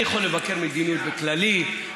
אני יכול לבקר מדיניות בכללי,